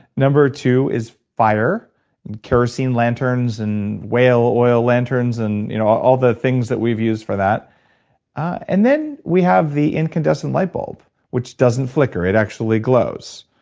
number two is fire kerosene lanterns and whale oil lanterns and you know all the thing that we've used for that and then we have the incandescent light bulb, which doesn't flicker. it actually glows.